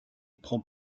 prend